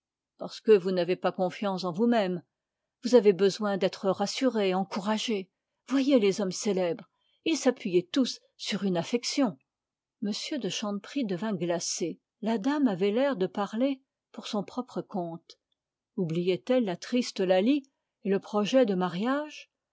parce que vous n'avez pas confiance en vous-même vous avez besoin d'être rassuré encouragé voyez les hommes célèbres ils s'appuyaient tous sur une affection m de chanteprie devint glacé la dame avait l'air de parler pour son propre compte oubliait elle la triste eulalie et le projet de mariage